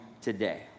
today